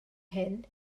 hyn